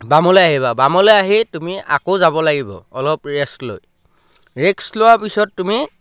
বামলৈ আহিবা বামলৈ আহি তুমি আকৌ যাব লাগিব অলপ ৰেষ্ট লৈ ৰেকস লোৱাৰ পিছত তুমি